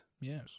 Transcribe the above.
Yes